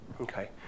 okay